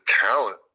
talent